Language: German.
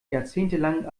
jahrzehntelang